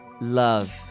love